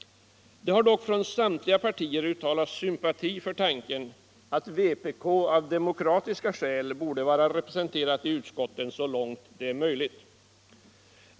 Det har dock från samtliga partier uttalats svmpati för tanken att vpk 5 Måndagen den är möjligt.